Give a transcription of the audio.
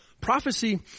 Prophecy